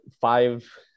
five